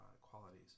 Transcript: qualities